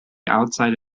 outside